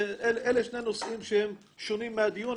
אלה שני נושאים שהם שונים מהדיון,